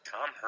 Tom